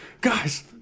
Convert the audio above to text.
Guys